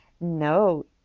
No